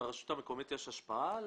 לרשות המקומית יש השפעה על